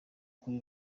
kuri